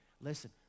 Listen